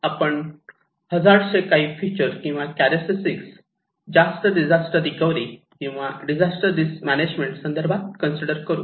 आपण हजार्ड चे काही फिचर किंवा चारक्टरिस्टिकस जास्त डिजास्टर रिकवरी किंवा डिजास्टर रिस्क मॅनेजमेंट संदर्भात कन्सिडर करू